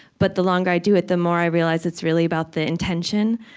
but the longer i do it, the more i realize it's really about the intention.